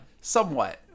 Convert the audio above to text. somewhat